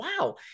wow